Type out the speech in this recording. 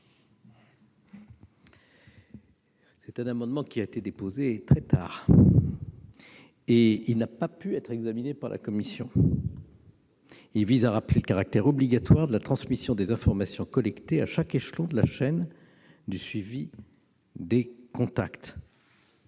Cet amendement a été déposé très tard ; il n'a donc pas pu être examiné par la commission. Il vise à rappeler le caractère obligatoire de la transmission des informations collectées à chaque échelon de la chaîne de suivi des contacts.